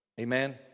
Amen